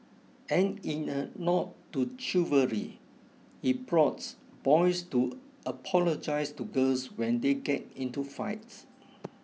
and in a nod to chivalry he prods boys to apologise to girls when they get into fights